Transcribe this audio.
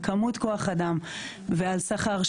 על כמות כוח אדם ועל שכר.